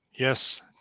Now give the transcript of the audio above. Yes